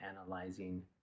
analyzing